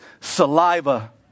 saliva